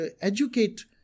educate